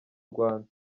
rwanda